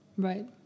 Right